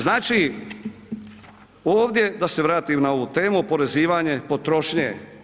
Znači, ovdje da se vratim na ovu temu oporezivanje potrošnje.